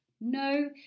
No